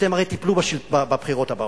אתם הרי תיפלו בבחירות הבאות.